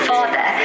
Father